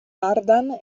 ardan